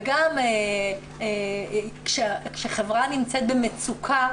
גם כשחברה נמצאת במצוקה,